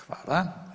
Hvala.